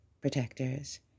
protectors